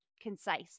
concise